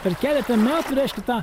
per keletą metų reiškia tą